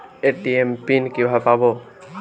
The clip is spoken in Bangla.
এ.টি.এম পিন কিভাবে পাবো?